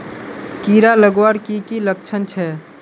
कीड़ा लगवार की की लक्षण छे?